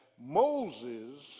Moses